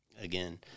again